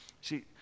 See